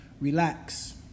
Relax